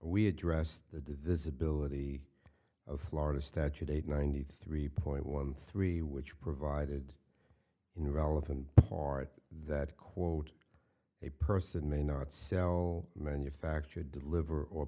we addressed the divisibility of florida statute eight ninety three point one three which provided in the relevant part that quote a person may not sell manufactured deliver or